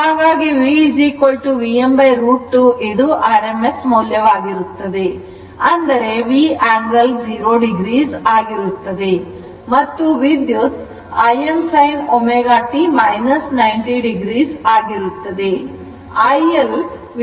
ಹಾಗಾಗಿ VVm√ 2 ಇದು rms ಮೌಲ್ಯ ವಾಗಿರುತ್ತದೆ ಅಂದರೆ V angle 0 o ಆಗಿರುತ್ತದೆ ಮತ್ತು ವಿದ್ಯುತ್ತು Im sin ω t 90 o ಆಗಿರುತ್ತದೆ